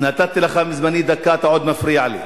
נתתי לך מזמני דקה, אתה עוד מפריע לי.